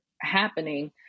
happening